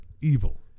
evil